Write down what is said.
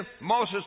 Moses